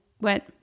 went